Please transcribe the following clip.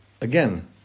Again